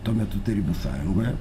tuo metu tarybų sąjungoje